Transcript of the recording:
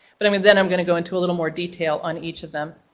but i mean then i'm going to go into a little more detail on each of them.